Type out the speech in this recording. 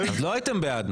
לא הייתם בעד.